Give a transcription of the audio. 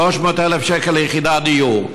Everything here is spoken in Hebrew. להיות 300,000 שקל ליחידת דיור?